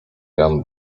jan